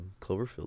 Cloverfield